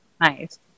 Nice